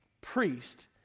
priest